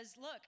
look